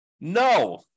No